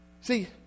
See